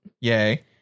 Yay